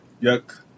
Yuck